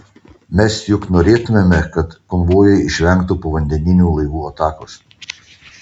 mes juk norėtumėme kad konvojai išvengtų povandeninių laivų atakos